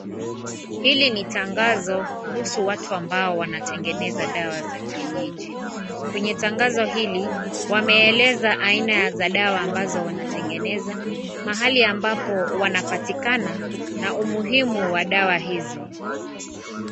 Hili ni tangazo kuhusu watu ambao wanatengeneza dawa ya kienyeji. Kwenye tangazo hili wameeleza aina za dawa ambazo wanatengeneza, mahali ambapo wanapatikana na umuhimu wa dawa hizi.